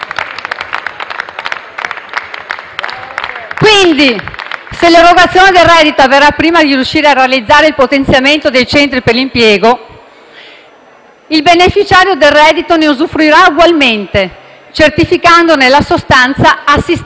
FI-BP)*. Se l'erogazione del reddito avverrà prima di riuscire a realizzare il potenziamento dei centri per l'impiego, quindi, il beneficiario del reddito ne usufruirà ugualmente, certificandone la sostanza assistenzialista.